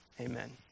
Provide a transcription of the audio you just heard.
amen